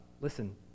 listen